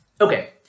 Okay